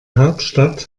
hauptstadt